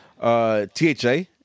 THA